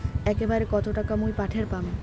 একবারে কত টাকা মুই পাঠের পাম?